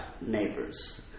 neighbors